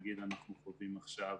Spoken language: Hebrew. נגיד אנחנו קובעים עכשיו